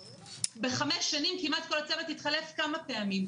בחמש שנים כמעט כל הצוות התחלף כמה פעמים.